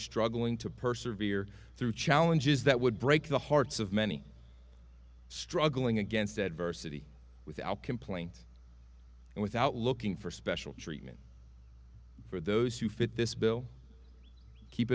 struggling to persevered through challenges that would break the hearts of many struggling against adversity without complaint and without looking for special treatment for those who fit this bill keep